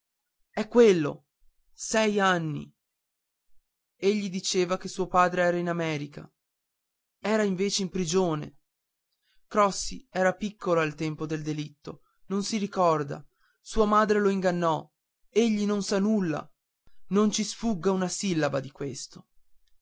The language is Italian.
è quello sei anni egli diceva che suo padre era in america era invece in prigione crossi era piccolo al tempo del delitto non si ricorda sua madre lo ingannò egli non sa nulla non ci sfugga una sillaba di questo